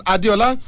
Adiola